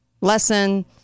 lesson